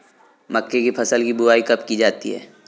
मक्के की फसल की बुआई कब की जाती है?